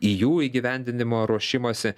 į jų įgyvendinimo ruošimąsi